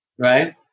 Right